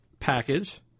Package